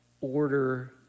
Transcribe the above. order